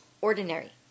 ordinary